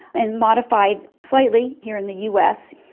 and modified slightly here in the us.